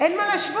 אין מה להשוות.